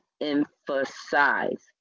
emphasize